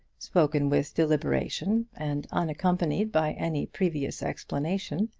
spoken with deliberation and unaccompanied by any previous explanation,